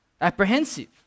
apprehensive